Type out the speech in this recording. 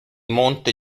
monte